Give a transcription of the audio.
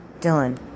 Dylan